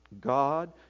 God